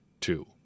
two